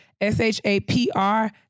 S-H-A-P-R